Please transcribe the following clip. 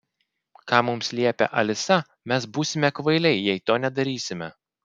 ką mums liepia alisa mes būsime kvailiai jei to nedarysime